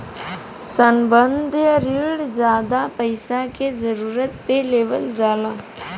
संबंद्ध रिण जादा पइसा के जरूरत पे लेवल जाला